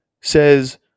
says